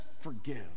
forgive